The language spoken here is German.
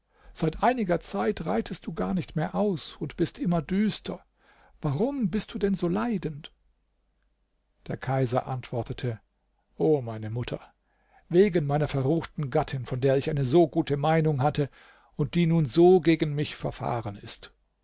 seit einiger zeit reitest du gar nicht mehr aus und bist immer düster warum bist du denn so leidend der kaiser antwortete o meine mutter wegen meiner verruchten gattin von der ich eine so gute meinung hatte und die nun so gegen mich verfahren ist